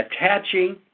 attaching